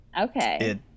okay